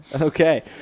Okay